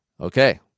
Okay